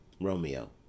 ROMEO